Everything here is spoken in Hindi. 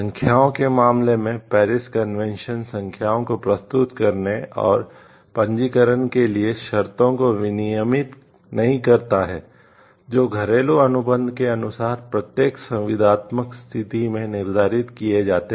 संख्याओं के मामले में पेरिस कन्वेंशन संख्याओं को प्रस्तुत करने और पंजीकरण के लिए शर्तों को विनियमित नहीं करता है जो घरेलू अनुबंध के अनुसार प्रत्येक संविदात्मक स्थिति में निर्धारित किए जाते हैं